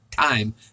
time